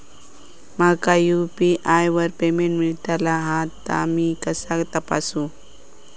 माका यू.पी.आय वर पेमेंट मिळाला हा ता मी कसा तपासू?